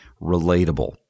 relatable